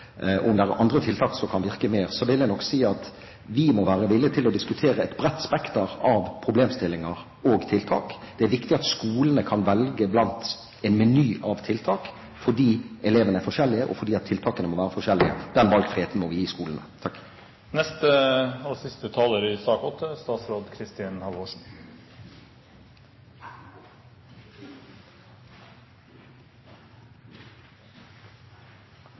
om det er andre tiltak som vil kunne virke bedre, vil jeg si at vi må være villig til å diskutere et bredt spekter av problemstillinger og tiltak. Det er viktig at skolene kan velge blant en meny av tiltak, fordi elevene er forskjellige, og tiltakene må være forskjellige. Den valgfriheten må vi gi skolene. Jeg synes at dette har vært en veldig god og nyansert debatt. Det er bred enighet i